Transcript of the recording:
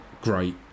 great